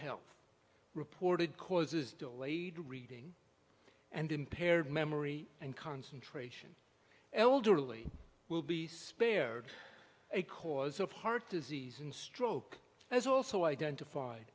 health reported causes delayed reading and impaired memory and concentration elderly will be spared a cause of heart disease and stroke as also identified